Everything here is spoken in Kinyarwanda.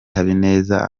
habineza